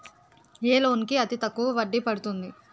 ఏ loan కి అతి తక్కువ వడ్డీ పడుతుంది?